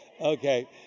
okay